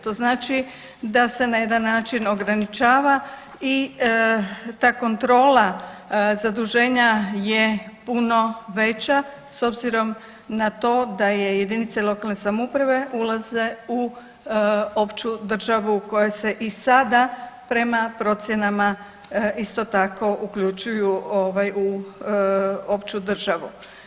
To znači da se na jedan način ograničava i ta kontrola zaduženja je puno veća s obzirom na to da je jedinice lokalne samouprave ulaze u opću državu u kojoj se i sada prema procjenama isto tako uključuju u opću državu.